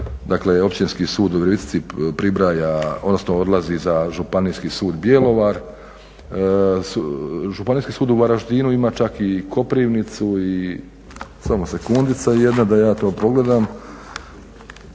dakle općinski sud u Virovitici pribraja, odnosno odlazi za županijski sud Bjelovar, županijski sud u Varaždinu ima čak i Koprivnicu i samo sekundica jedna da ja to pogledam.